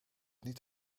niet